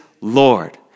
Lord